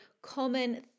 common